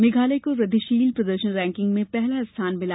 मेघालय को वृद्विशील प्रदर्शन रैंकिंग में पहला स्थान मिला